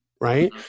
right